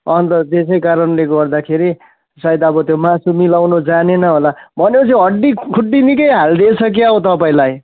अन्त त्यसै कारणले गर्दाखेरि सायद अब त्यो मासु मिलाउन जानेन होला भने पछि हड्डी खुड्डी निकै हालिदिएछ के हो तपाईँलाई